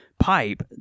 Pipe